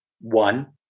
One